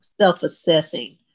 self-assessing